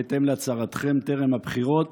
בהתאם להצהרתכם טרם הבחירות